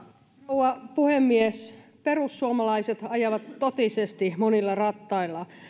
rouva puhemies perussuomalaiset ajavat totisesti monilla rattailla